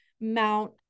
Mount